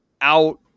out